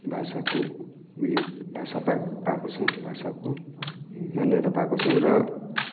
भाषाको उयो भाषा पा पाएको छौँ भाषाको मान्यता पाएको छौँ र